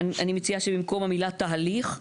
אני מציעה שבמקום המילה "תהליך",